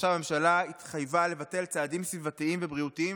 עכשיו הממשלה התחייבה לבטל צעדים סביבתיים ובריאותיים